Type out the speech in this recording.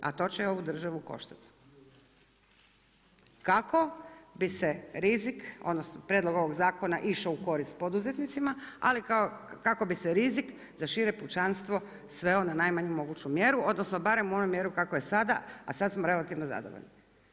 A to će ovu državu koštati, kako bi se rizik, odnosno, prijedlog ovog zakona išao u korist poduzetnicima, ali kako bi se rizik za šire pučanstvo sveo na najmanju moguću mjeru, odnosno, barem onu mjeru kakva je sada, a sad smo relativno zadovoljni.